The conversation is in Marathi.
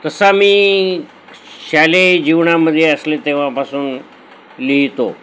तसा मी शालेय जीवनामध्ये असले तेव्हापासून लिहितो